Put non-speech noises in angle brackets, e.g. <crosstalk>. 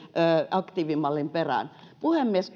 aktiivimallin perään puhemies <unintelligible>